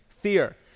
Fear